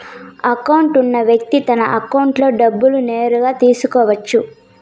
account ఉన్న వ్యక్తి తన అకౌంట్లో డబ్బులు నేరుగా తీసుకోవచ్చు